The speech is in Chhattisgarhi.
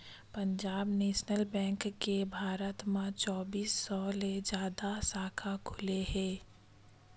पंजाब नेसनल बेंक के भारत म चौबींस सौ ले जादा साखा खुले हे